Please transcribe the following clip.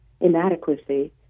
inadequacy